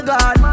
God